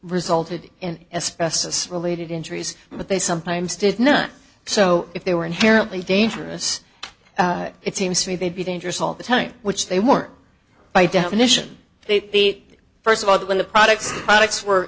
resulted in espressos related injuries but they sometimes did not so if they were inherently dangerous it seems to me they'd be dangerous all the time which they weren't by definition they beat first of all when the products products were